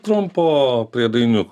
trumpo priedainiuko